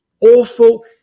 awful